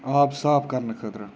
آب صاف کرنہٕ خٲطرٕ